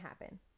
happen